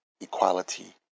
Equality